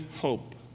hope